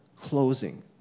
closing